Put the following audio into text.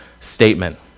statement